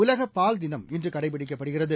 உலகபால் தினம் இன்றுகடைபிடிக்கப்படுகிறது